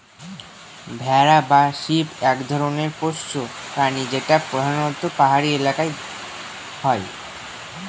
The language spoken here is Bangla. ভেড়া বা শিপ এক ধরনের পোষ্য প্রাণী যেটা প্রধানত পাহাড়ি এলাকায় হয়